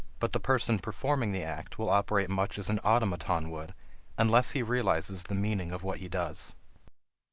but the person performing the act will operate much as an automaton would unless he realizes the meaning of what he does.